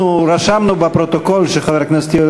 אנחנו רשמנו בפרוטוקול שחבר הכנסת יואל